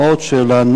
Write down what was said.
מה עוד שלנוער